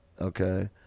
okay